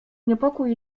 niepokój